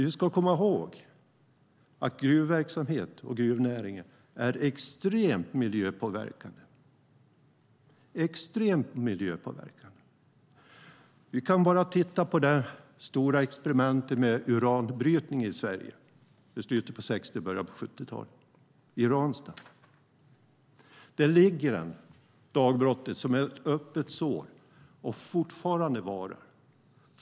Vi ska komma ihåg att gruvverksamhet och gruvnäring är extremt miljöpåverkande. Vi kan bara titta på det stora experimentet med uranbrytning i Sverige i slutet på 60 och början på 70-talet i Ranstad. Där ligger dagbrottet som ett öppet sår som fortfarande varar.